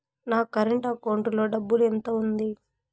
నా current account లో డబ్బులు ఎంత ఉంది?